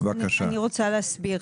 אני רוצה להסביר.